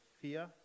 fear